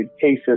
cases